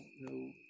no